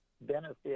benefit